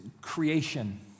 creation